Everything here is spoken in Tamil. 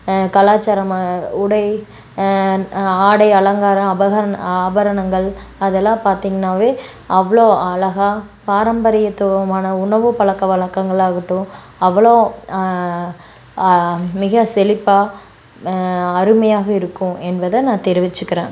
கலாச்சாரமாக உடை ஆடை அலங்காரம் அபகரன் ஆபரணங்கள் அதெல்லாம் பாத்தீங்கனாவே அவ்வளோ அழகாக பாரம்பரியத்துவமான உணவு பழக்க வழக்கங்களாகட்டும் அவ்வளோ மிக செழிப்பாக அருமையாக இருக்கும் என்பத நான் தெரிவிச்சிக்கிறேன்